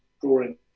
drawing